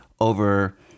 over